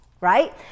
right